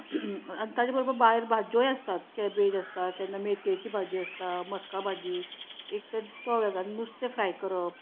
आनी ताचे बरोबर भायर भाज्योय आसतात कॅबेज आसता केन्ना मेथयेची भाजी आसता मस्का भाजी एक तर तो वेग नुस्तें फ्राय करप